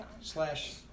slash